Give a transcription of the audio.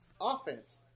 offense